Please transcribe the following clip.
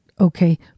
okay